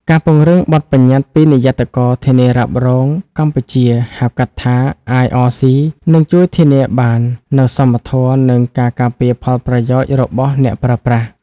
ការពង្រឹងបទប្បញ្ញត្តិពីនិយ័តករធានារ៉ាប់រងកម្ពុជា (ហៅកាត់ថា IRC) នឹងជួយធានាបាននូវសមធម៌ និងការការពារផលប្រយោជន៍របស់អ្នកប្រើប្រាស់។